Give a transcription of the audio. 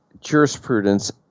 jurisprudence